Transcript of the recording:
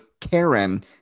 Karen